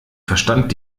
verstand